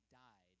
died